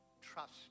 trust